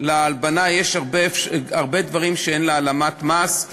בהלבנה יש הרבה דברים שאין בהעלמת מס,